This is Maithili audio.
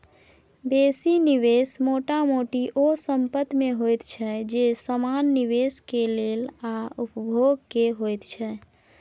बेसी निवेश मोटा मोटी ओ संपेत में होइत छै जे समान निवेश के लेल आ उपभोग के होइत छै